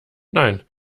nein